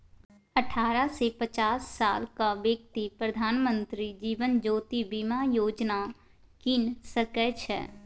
अठारह सँ पचास सालक बेकती प्रधानमंत्री जीबन ज्योती बीमा योजना कीन सकै छै